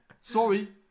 Sorry